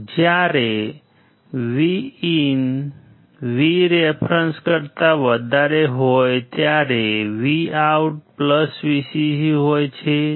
જ્યારે VIN Vref કરતા વધારે હોય ત્યારે VOUT VCC હોય છે